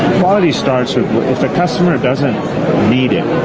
quality starts if a customer doesn't need it,